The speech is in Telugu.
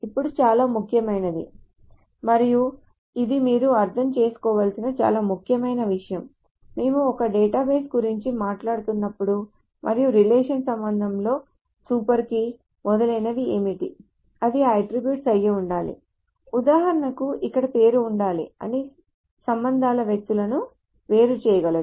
ఇప్పుడు చాలా ముఖ్యమైనది మరియు ఇది మీరు అర్థం చేసుకోవలసిన చాలా ముఖ్యమైన విషయం మేము ఒక డేటాబేస్ గురించి మాట్లాడుతున్నప్పుడు మరియు రిలేషన్ సందర్భంలో సూపర్ కీ మొదలైనవి ఏమిటి అది ఆ అట్ట్రిబ్యూట్ అయి ఉండాలి ఉదాహరణకు ఇక్కడ పేరు ఉండాలి అన్ని సంబంధాల కోసం వ్యక్తులను వేరు చేయగలదు